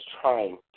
trying